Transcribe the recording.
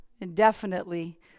indefinitely